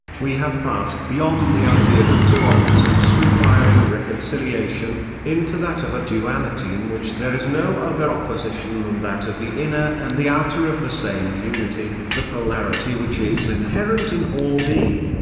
we have passed beyond the idea of two opposites requiring reconciliation, into that of a duality in which there is no other opposition than that of the inner and the outer of the same unity, the polarity which is inherent in all being,